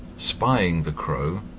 spying the crow,